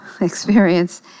experience